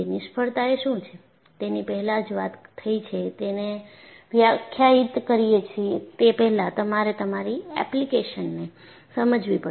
નિષ્ફળતા એ શું છે તેની પહેલા જ વાત થઈ છે તેને વ્યાખ્યાયિત કરીએ તે પહેલાં તમારે તમારી એપ્લીકેશનને સમજવી પડશે